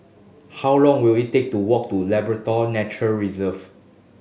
how long will it take to walk to Labrador Nature Reserve